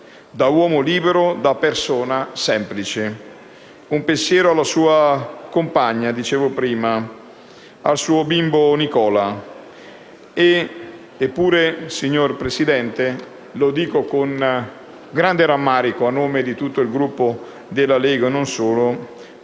da uomo libero e da persona semplice. Un pensiero alla sua compagna - come dicevo prima - e al suo bimbo Nicola. Eppure, signor Presidente - lo dico con grande rammarico a nome di tutto il Gruppo della Lega e non solo